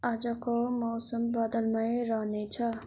आजको मौसम बादलमय रहनेछ